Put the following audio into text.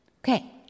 Okay